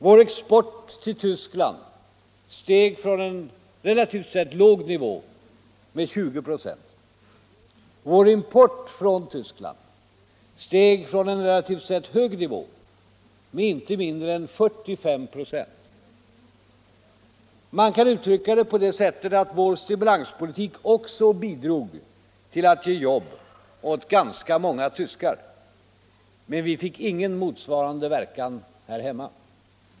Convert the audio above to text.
Vår export till Tyskland steg från en relativt sett låg nivå med 20 96. Vår import från Tyskland steg från en relativt sett hög nivå med icke mindre än 45 96. Man kan uttrycka det på det sättet att vår stimulanspolitik också bidrog till att ge jobb åt ganska många tyskar. Men vi fick ingen motsvarande verkan här hemma.